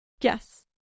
Yes